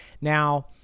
Now